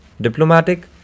diplomatic